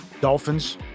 Dolphins